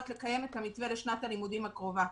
לקיים את המתווה לשנת הלימודים הקרובה.